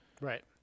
Right